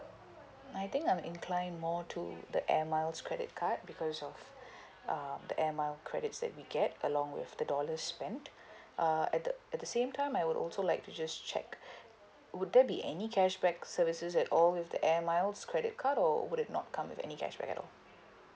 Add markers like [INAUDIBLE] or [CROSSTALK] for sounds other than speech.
I think I'm incline more to the air miles credit card because of [BREATH] uh the air mile credits that we get along with the dollars spent [BREATH] uh at the at the same time I would also like to just check [BREATH] would there be any cashback services at all with the air miles credit card or would it not come with any cashback at all